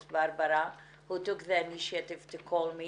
ברברה, שהיא זו שפנתה אליי